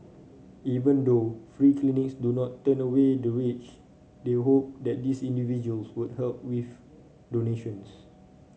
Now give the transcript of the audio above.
even though free clinics do not turn away the rich they hope that these individuals would help with donations